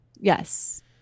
Yes